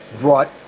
brought